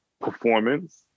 performance